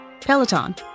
Peloton